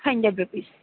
hundred rupees